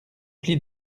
plis